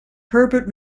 herbert